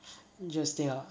just this ah